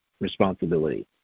responsibility